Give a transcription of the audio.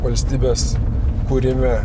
valstybės kūrime